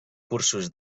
cursos